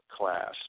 class